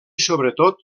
sobretot